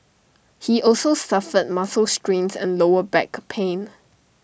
he also suffered muscle strains and lower back pain